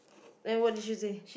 and what did you say